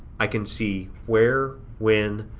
i can see where, when,